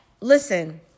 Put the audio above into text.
Listen